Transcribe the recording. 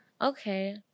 Okay